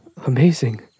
Amazing